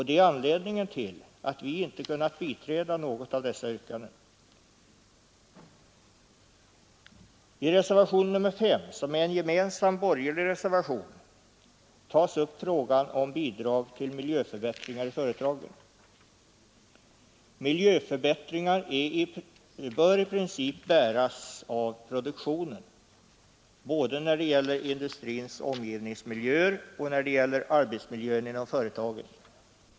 Det är anledningen till att vi inte kunnat biträda något av dessa yrkanden. I reservationen 5, som är en gemensam borgerlig reservation, tas upp frågan om bidrag till miljöförbättringar inom företagen. Miljöförbättringar bör i princip bäras av produktionen både när det gäller industrins omgivningsmiljöer och när det gäller arbetsmiljön inom företagen.